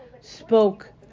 spoke